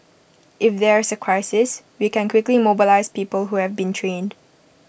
if there's A crisis we can quickly mobilise people who have been trained